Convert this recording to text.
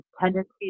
tendencies